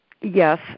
Yes